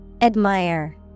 Admire